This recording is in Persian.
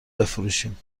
بفروشیم